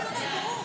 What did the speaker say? ברור.